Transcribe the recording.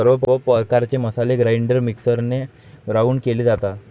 सर्व प्रकारचे मसाले ग्राइंडर मिक्सरने ग्राउंड केले जातात